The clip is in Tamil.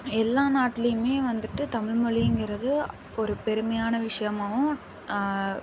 எல்லா நாட்லையுமே வந்துவிட்டு தமிழ்மொலிங்கிறது ஒரு பெருமையான விஷியமாகவும்